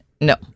No